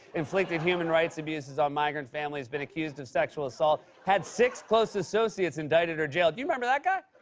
inflicted human rights abuses on migrant families, been accused of sexual assault, had six close associates indicted or jailed, you remember that guy?